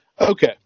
okay